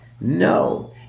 No